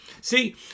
See